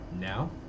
Now